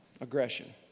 Aggression